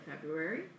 February